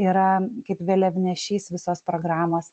yra kaip vėliavnešys visos programos